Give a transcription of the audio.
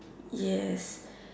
yes